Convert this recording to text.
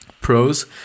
Pros